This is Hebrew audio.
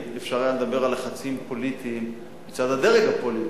אפשר היה לדבר על לחצים פוליטיים מצד הדרג הפוליטי.